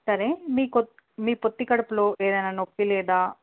సరే మీ కొత్ మీ పోత్తి కడుపులో ఏదైనా నొప్ప లేదా